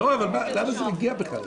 לא, אבל למה זה מגיע בכלל?